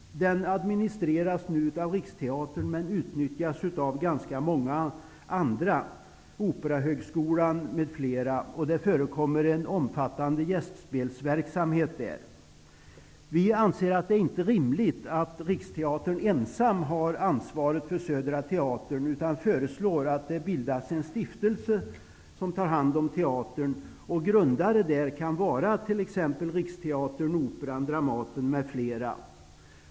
Den administreras nu av Riksteatern, men utyttjas av ganska många andra såsom Operahögskolan m.fl. Där förekommer också en omfattande gästspelsverksamhet. Vi anser inte att det är rimligt att enbart Riksteatern skall ha ansvaret för Södra teatern, utan föreslår att en stiftelse bildas som tar hand om teatern. Grundare kan t.ex. vara Riksteatern, Operan, Dramaten m.fl.